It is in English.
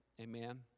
Amen